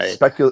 Right